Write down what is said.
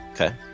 okay